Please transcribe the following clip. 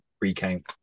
recount